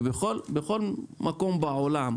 כי בכל מקום בעולם,